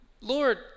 Lord